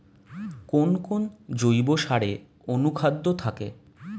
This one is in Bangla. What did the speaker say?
কোন কোন জৈব সারে অনুখাদ্য থাকে?